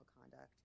conduct